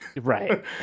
Right